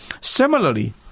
Similarly